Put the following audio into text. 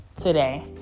today